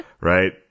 Right